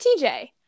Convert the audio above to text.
TJ